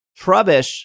Trubbish